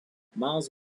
miles